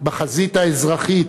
בחזית האזרחית,